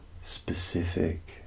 specific